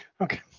Okay